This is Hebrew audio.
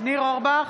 ניר אורבך,